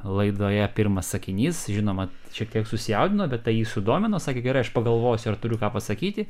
laidoje pirmas sakinys žinoma šiek tiek susijaudino bet tai jį sudomino sakė gerai aš pagalvosiu ar turiu ką pasakyti